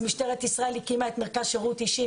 משטרת ישראל הקימה את מרכז שירות אישי,